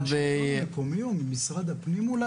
יש פה נציג מהשלטון המקומי או משרד הפנים?